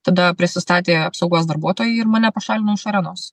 tada prisistatė apsaugos darbuotojai ir mane pašalino iš arenos